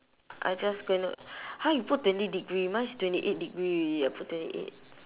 I just going to !huh! you put twenty degree mine is twenty eight degree already eh I put twenty eight